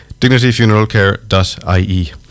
DignityFuneralCare.ie